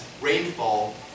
rainfall